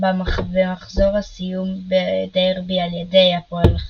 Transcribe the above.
במחזור הסיום בדרבי על ידי הפועל חיפה,